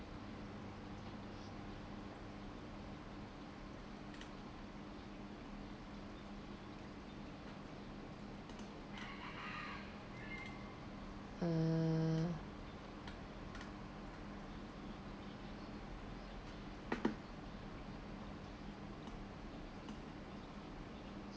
uh